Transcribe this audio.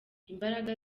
imbaraga